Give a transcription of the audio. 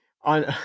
on